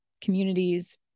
communities